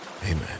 Amen